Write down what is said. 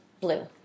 blue